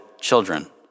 children